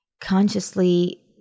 consciously